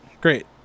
Great